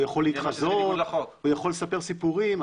הוא יכול להתחזות, יכול לספר סיפורים.